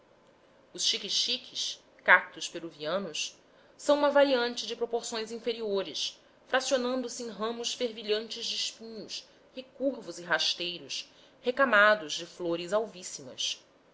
os xiquexiques cactus peruvianus são uma variante de proporções inferiores fracionando se em ramos fervilhantes de espinhos recurvos e rasteiros recamados de flores alvíssimas